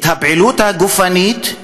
הפעילות הגופנית,